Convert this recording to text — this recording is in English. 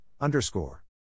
underscore